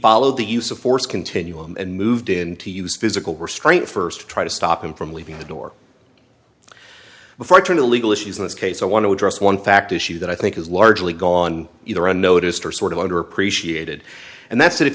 followed the use of force continuum and moved in to use physical restraint st to try to stop him from leaving the door before trying to legal issues in this case i want to address one fact issue that i think has largely gone either unnoticed or sort of underappreciated and that's i